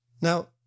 Now